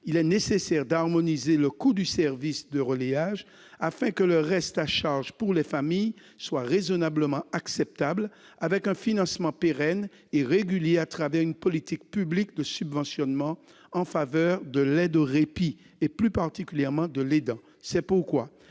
il est nécessaire d'harmoniser le coût du service de relayage, afin que le reste à charge pour les familles soit raisonnablement acceptable, grâce à un financement pérenne et régulier prévu dans le cadre d'une politique publique de subventionnement en faveur de l'aide au répit et, plus particulièrement, de l'aidant. L'expérimentation